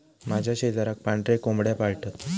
माझ्या शेजाराक पांढरे कोंबड्यो पाळतत